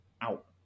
out